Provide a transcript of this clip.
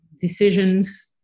decisions